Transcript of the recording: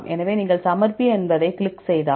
எனவே நீங்கள் சமர்ப்பி என்பதைக் கிளிக் செய்தால்